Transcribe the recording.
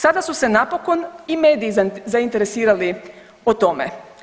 Sada su se napokon i mediji zainteresirali o tome.